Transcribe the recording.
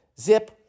Zip